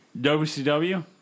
WCW